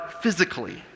physically